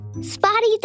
Spotty